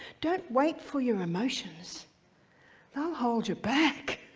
don't wait for your emotions they'll hold you back.